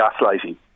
gaslighting